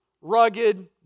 rugged